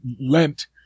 lent